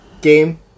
game